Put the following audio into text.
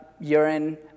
urine